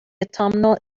autumnal